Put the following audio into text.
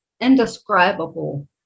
indescribable